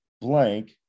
blank